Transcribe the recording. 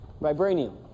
Vibranium